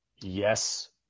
Yes